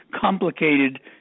complicated